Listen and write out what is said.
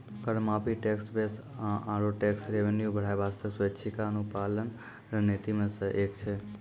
कर माफी, tax base आरो टैक्स रेवेन्यू बढ़ाय बासतें स्वैछिका अनुपालन रणनीति मे सं एक छै